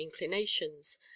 inclinations